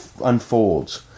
unfolds